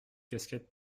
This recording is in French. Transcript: casquettes